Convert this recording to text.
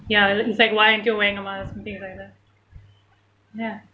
ya it it's like why aren't you wearing a mask and things like that ya